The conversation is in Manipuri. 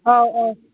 ꯑꯧ ꯑꯧ